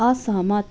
असहमत